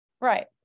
right